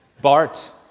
Bart